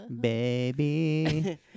baby